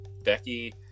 Becky